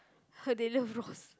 !ha! they love raws